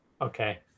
Okay